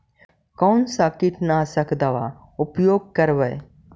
कोन सा कीटनाशक दवा उपयोग करबय?